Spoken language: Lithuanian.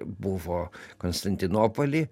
buvo konstantinopoly